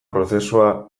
prozesua